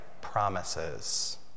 promises